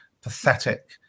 pathetic